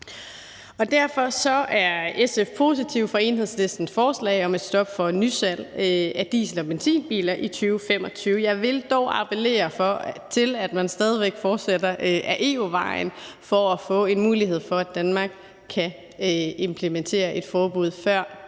Derfor er SF positive over for Enhedslistens forslag om et stop for salg af nye diesel- og benzinbiler i 2025. Jeg vil dog appellere til, at man stadig væk fortsætter ad EU-vejen for at få en mulighed for, at Danmark kan implementere et forbud før